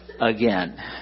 again